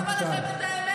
"ייעוץ משפטי",